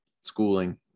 schooling